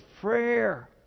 prayer